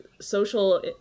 social